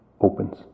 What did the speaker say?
opens